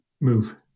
move